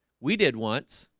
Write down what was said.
we did once